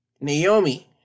Naomi